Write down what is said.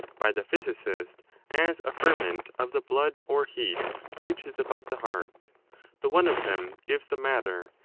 by the physicist as a ferment of the blood or heat which is about the heart the one of them gives the matter,